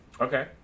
Okay